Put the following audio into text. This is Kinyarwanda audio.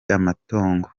amatongo